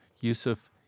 Yusuf